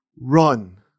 run